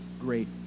great